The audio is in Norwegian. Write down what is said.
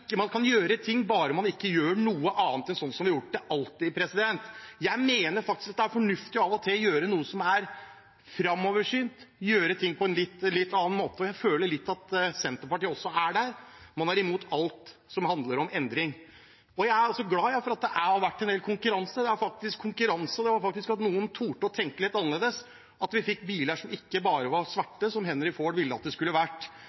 gjør noe annet enn sånn som vi har gjort det alltid. Jeg mener faktisk at det er fornuftig av og til å se framover og gjøre ting på en litt annen måte. Jeg føler litt at Senterpartiet også er der: Man er imot alt som handler om endring. Jeg er også glad for at det har vært en del konkurranse, at noen turte å tenke litt annerledes, at vi fikk biler som ikke bare var svarte, som Henry Ford ville at det skulle ha vært.